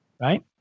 right